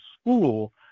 school